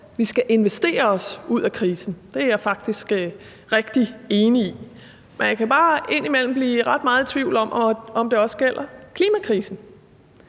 vi skal investere os ud af krisen. Det er jeg faktisk rigtig enig i. Men jeg kan bare indimellem blive ret meget i tvivl om, om det også gælder klimakrisen,